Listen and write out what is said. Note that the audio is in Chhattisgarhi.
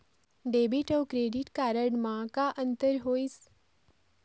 डेबिट अऊ क्रेडिट कारड म का अंतर होइस?